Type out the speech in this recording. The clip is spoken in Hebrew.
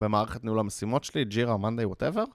במערכת ניהול המשימות שלי, ג'ירה, מאנדיי, ווטאבר,